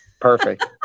perfect